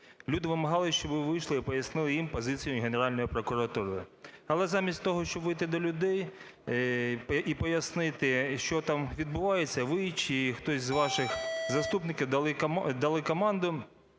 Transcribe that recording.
Люди вимагали, щоб ви вийшли і пояснили їм позицію Генеральної прокуратури. Але замість того, щоб вийти до людей і пояснити, що там відбувається, ви, чи хтось із ваших заступників дали команду